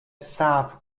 staff